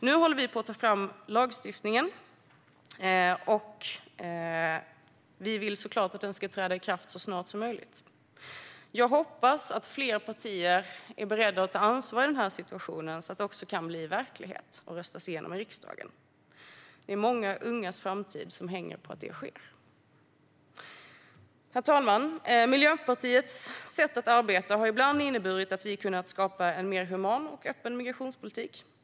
Nu håller vi på att ta fram lagstiftningsförslaget, och vi vill såklart att lagstiftningen ska träda i kraft så snart som möjligt. Jag hoppas att fler partier är beredda att ta ansvar i den här situationen så att det också kan bli verklighet och röstas igenom i riksdagen. Många ungas framtid hänger på att det sker. Herr talman! Miljöpartiets sätt att arbeta har ibland inneburit att vi har kunnat skapa en mer human och öppen migrationspolitik.